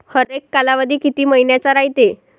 हरेक कालावधी किती मइन्याचा रायते?